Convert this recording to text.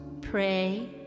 Pray